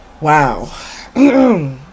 Wow